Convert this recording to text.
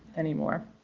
anymore.